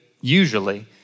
usually